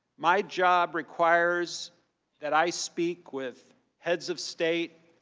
my job requires that i speak with heads of state,